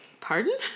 Pardon